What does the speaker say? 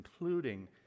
including